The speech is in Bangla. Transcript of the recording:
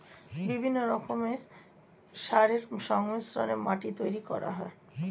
বিভিন্ন রকমের সারের সংমিশ্রণে মাটি তৈরি করা হয়